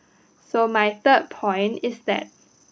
so my third point is that